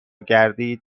گردید